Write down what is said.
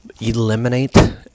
eliminate